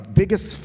biggest